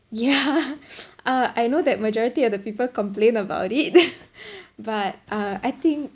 yeah uh I know that majority of the people complain about it but uh I think